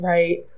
Right